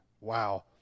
Wow